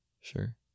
sure